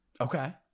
Okay